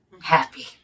happy